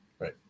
Right